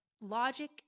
logic